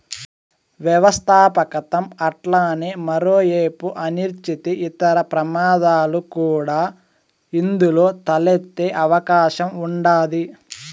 వ్యవస్థాపకతం అట్లనే మరో ఏపు అనిశ్చితి, ఇతర ప్రమాదాలు కూడా ఇందులో తలెత్తే అవకాశం ఉండాది